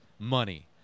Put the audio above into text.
money